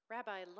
Rabbi